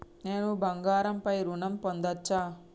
నేను బంగారం పై ఋణం పొందచ్చా?